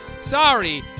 Sorry